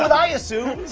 i assumed!